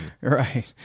Right